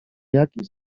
jaki